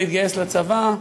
בגיל 18 התגייס לצבא,